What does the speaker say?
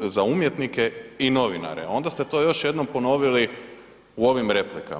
za umjetnike i novinare, onda ste to još jednom ponovili u ovim replikama.